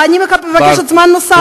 אני מבקשת זמן נוסף,